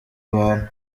abantu